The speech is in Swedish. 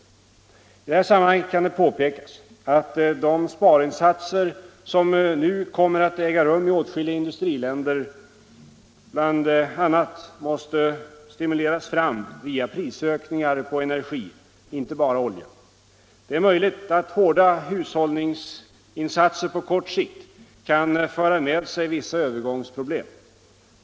I detta sammanhang kan det påpekas att de sparinsatser som nu kommer att äga rum i åtskilliga industrialiserade länder bl.a. måste stimuleras fram via prisökningar på energi — inte bara olja. Det är möjligt att hårda hushållningsinsatser på kort sikt kan föra med sig vissa övergångsproblem.